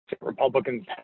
Republicans